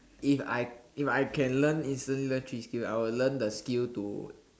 if I if I can learn instantly learn three skill I will learn the skill to